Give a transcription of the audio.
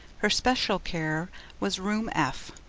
her special care was room f,